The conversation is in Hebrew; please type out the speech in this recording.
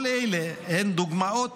כל אלה הן דוגמאות